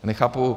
Nechápu.